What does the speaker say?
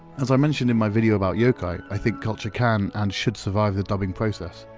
as i mentioned in my video about yokai, i think culture can and should survive the dubbing process.